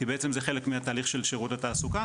כי בעצם זה חלק מהתהליך של שירות התעסוקה,